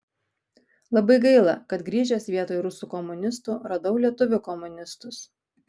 labai gaila kad grįžęs vietoj rusų komunistų radau lietuvių komunistus